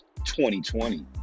2020